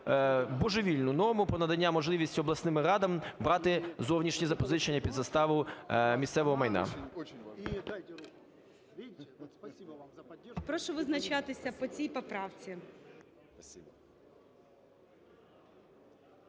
божевільну норму про надання можливості обласним радам брати зовнішні запозичення під заставу місцевого майна.